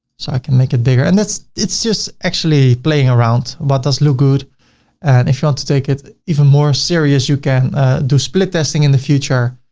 so i can make it bigger. and that's. it's just actually playing around what but looks good and if you want to take it even more serious, you can do split testing in the future,